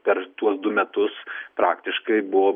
per tuos du metus praktiškai buvo